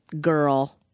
girl